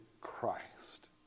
Christ